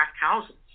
houses